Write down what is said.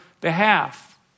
behalf